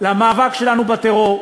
למאבק שלנו בטרור,